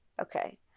Okay